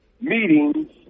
meetings